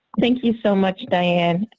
thank you so much, diane.